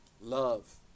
love